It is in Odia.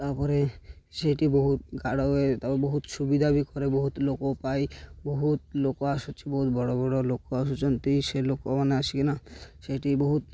ତା'ପରେ ସେଇଠି ବହୁତ ଗାଡ଼ ହୁଏ ତା'ପରେ ବହୁତ ସୁବିଧା ବି କରେ ବହୁତ ଲୋକ ପାଇଁ ବହୁତ ଲୋକ ଆସୁଛି ବହୁତ ବଡ଼ ବଡ଼ ଲୋକ ଆସୁଛନ୍ତି ସେ ଲୋକମାନେ ଆସିକିନା ସେଇଠି ବହୁତ